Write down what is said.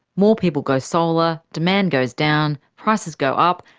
more people go solar, demand goes down, prices go up,